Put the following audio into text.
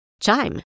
Chime